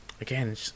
Again